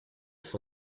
for